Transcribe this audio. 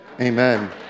amen